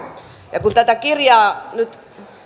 ja kun tätä kirjaa nyt